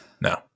No